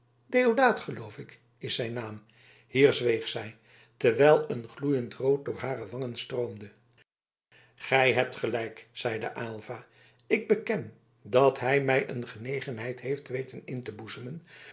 deodaat geloof ik is zijn naam hier zweeg zij terwijl een gloeiend rood door hare wangen stroomde gij hebt gelijk zeide aylva ik beken dat hij mij een genegenheid heeft weten in te boezemen